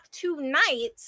tonight